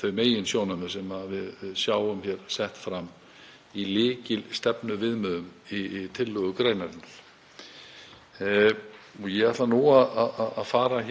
þau meginsjónarmið sem við sjáum hér sett fram í lykilstefnuviðmiðum tillögugreinarinnar. Ég ætla að fara